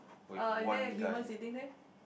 uh is there a human sitting there